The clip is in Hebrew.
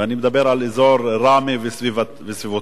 ואני מדבר על אזור ראמה וסביבותיה.